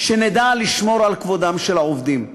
שנדע לשמור על כבודם של העובדים.